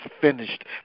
finished